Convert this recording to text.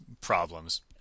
problems